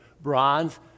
bronze